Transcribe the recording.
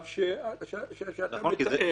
המצב שאתה מתאר.